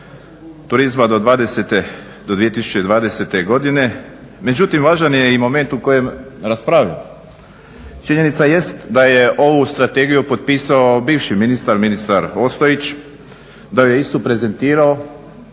turizma do 2020.godine. međutim važan je i moment u kojem raspravljamo. Činjenica jest da je ovu strategiju potpisao bivši ministar, ministar Ostojić, da ju je istu prezentirao